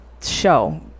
show